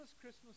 Christmas